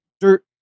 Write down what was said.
dirt